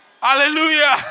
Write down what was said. Hallelujah